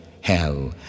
hell